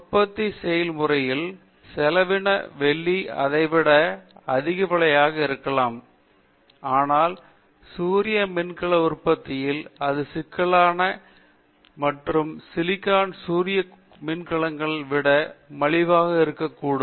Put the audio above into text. உற்பத்தி செயல்முறையில் செலவின வெள்ளி அதைவிட அதிக விலையாக இருக்கலாம் ஆனால் சூரிய மின்கல உற்பத்தியில் அது சிலிக்கான் சூரிய மின்கலங்களை விட மலிவாக இருக்கக்கூடும்